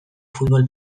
futbol